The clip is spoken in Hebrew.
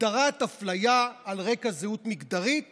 הגדרת אפליה על רקע זהות מגדרית